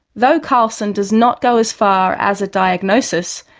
though carlson does not go as far as a diagnosis,